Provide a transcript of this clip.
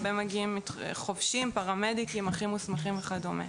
הרבה חובשים, פרמדיקים ואחים מוסמכים מגיעים.